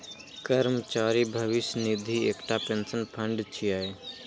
कर्मचारी भविष्य निधि एकटा पेंशन फंड छियै